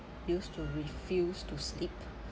used to refuse to sleep